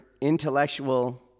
intellectual